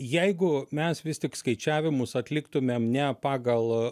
jeigu mes vis tik skaičiavimus atliktumėm ne pagal